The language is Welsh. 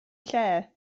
lle